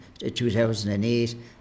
2008